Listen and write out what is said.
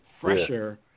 fresher